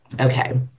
okay